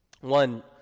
One